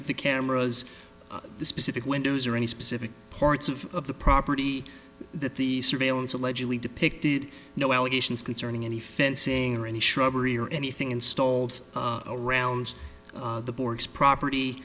of the cameras the specific windows or any specific parts of the property that the surveillance allegedly depicted no allegations concerning any fencing or any shrubbery or anything installed around the